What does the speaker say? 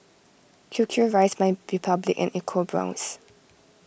Q Q Rice MyRepublic and EcoBrown's